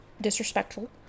disrespectful